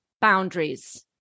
boundaries